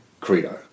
credo